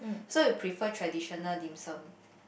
so you prefer traditional Dim-Sum